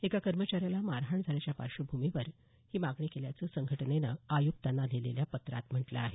एका कर्मचाऱ्याला मारहाण झाल्याच्या पार्श्वभूमीवर ही मागणी केल्याचं संघटनेनं आयुक्तांना लिहिलेल्या पत्रात म्हटलं आहे